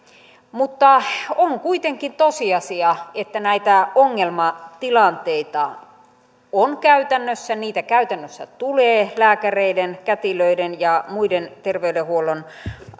on kuitenkin tosiasia että näitä ongelmatilanteita on käytännössä niitä käytännössä tulee lääkäreiden kätilöiden ja muiden terveydenhuollon